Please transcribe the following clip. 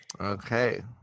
okay